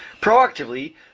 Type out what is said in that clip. Proactively